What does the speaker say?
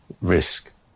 risk